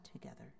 together